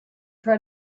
try